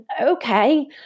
okay